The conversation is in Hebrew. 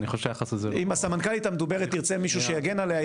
אני חושב שהיחס הזה לא- עם הסמנכ"לית המדוברת תרצה מישהו שיגן עליה,